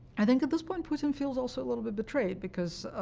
i think, at this point, putin feels also a little bit betrayed, because